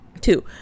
Two